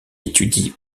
étudie